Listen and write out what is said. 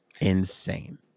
Insane